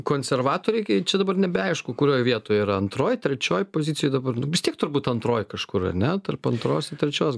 konservatoriai gi čia dabar nebeaišku kurioj vietoj yra antroj trečioj pozicijoj dabar nu vis tiek turbūt antroj kažkur ar ne tarp antros ir trečios